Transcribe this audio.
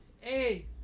Hey